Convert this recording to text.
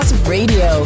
Radio